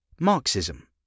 Marxism